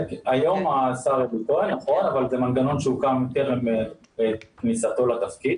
היום השר אלי כהן אבל זה מנגנון שהוקם טרם כניסתו לתפקיד.